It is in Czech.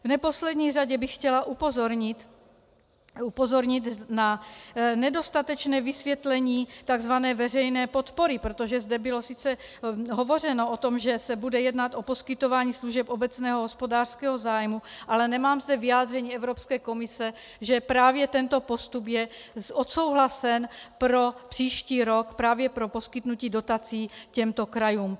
V neposlední řadě bych chtěla upozornit na nedostatečné vysvětlení tzv. veřejné podpory, protože zde bylo sice hovořeno o tom, že se bude jednat o poskytování služeb obecného hospodářského zájmu, ale nemám zde vyjádření Evropské komise, že právě tento postup je odsouhlasen pro příští rok právě pro poskytnutí dotací těmto krajům.